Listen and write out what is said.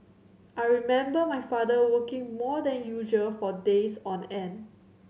I remember my father working more than usual for days on end